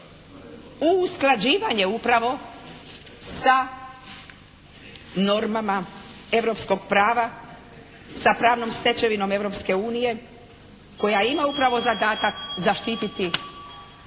u usklađivanje upravo sa normama europskog prava sa pravnom stečevinom Europske unije koja ima upravo zadatak zaštititi